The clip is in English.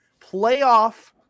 playoff